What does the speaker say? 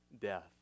death